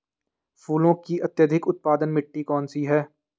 फूलों की अत्यधिक उत्पादन मिट्टी कौन सी है?